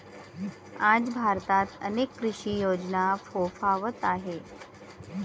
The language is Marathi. आज भारतात अनेक कृषी योजना फोफावत आहेत